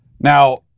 Now